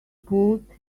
pulled